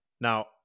Now